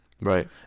Right